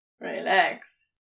Relax